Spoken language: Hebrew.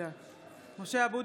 (קוראת בשמות חברי הכנסת) משה אבוטבול,